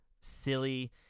silly